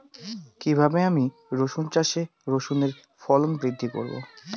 কীভাবে আমি রসুন চাষে রসুনের ফলন বৃদ্ধি করব?